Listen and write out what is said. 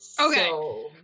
Okay